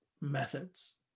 methods